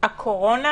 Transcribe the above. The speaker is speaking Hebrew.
הקורונה